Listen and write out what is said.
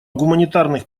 гуманитарных